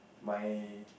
my